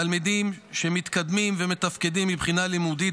תלמידים שמתקדמים ומתפקדים מבחינה לימודית,